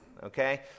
Okay